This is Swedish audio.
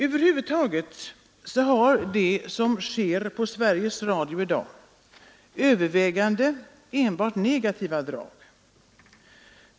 Över huvud taget har det som sker på Sveriges Radio i dag enbart negativa drag.